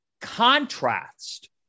contrast